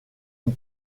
une